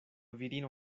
virino